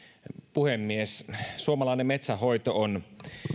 puhemies suomalainen metsänhoito on